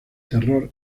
terror